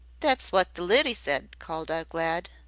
that's wot the lidy said, called out glad.